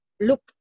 look